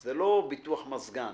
זה לא כמו ביטוח למזגן,